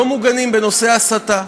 הם לא מוגנים בנושא ההסתה.